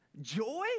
Joy